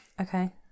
okay